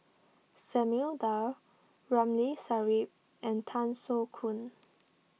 Samuel Dyer Ramli Sarip and Tan Soo Khoon